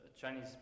Chinese